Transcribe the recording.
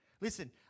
Listen